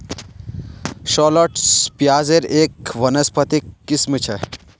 shallots प्याज़ेर एक वानस्पतिक किस्म छ